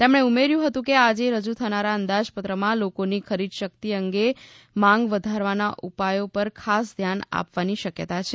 તેમણે ઉમેર્યુ હતું કે આજે રજુ થનારા અંદાજપત્રમાં લોકોની ખરીદશકિત અને માંગ વધારવાના ઉપાયો પર ખાસ ધ્યાન આપવાની શકયતા છે